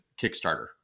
Kickstarter